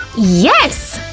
yes!